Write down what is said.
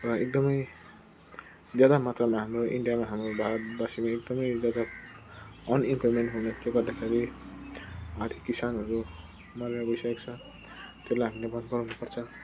र एकदमै बेला मतन हाम्रो इन्डियामा हाम्रो भारतवासी एकदमै अनइम्प्लोएमेन्ट हुँदा गर्दाखेरि आदि किसानहरू मरेर गइसकेको छ त्यसलाई हामीले बन्द गराउनुपर्छ